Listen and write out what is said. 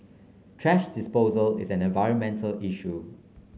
thrash disposal is an environmental issue